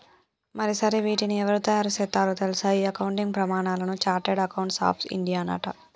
మరి సరే వీటిని ఎవరు తయారు సేత్తారో తెల్సా ఈ అకౌంటింగ్ ప్రమానాలను చార్టెడ్ అకౌంట్స్ ఆఫ్ ఇండియానట